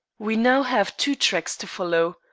we now have two tracks to follow.